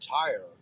tire